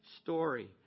story